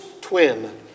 twin